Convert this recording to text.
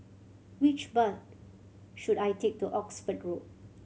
which bus should I take to Oxford Road